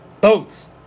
boats